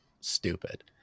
stupid